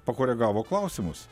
pakoregavo klausimus